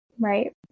Right